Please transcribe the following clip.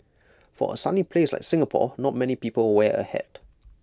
for A sunny place like Singapore not many people wear A hat